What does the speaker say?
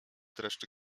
dreszcz